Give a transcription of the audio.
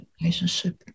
relationship